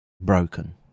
broken